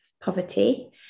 poverty